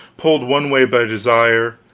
pulled one way by desire,